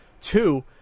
Two